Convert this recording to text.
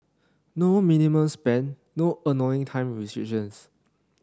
no minimum spend no annoying time restrictions